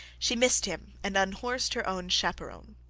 she missed him and unhorsed her own chaperon.